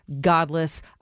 godless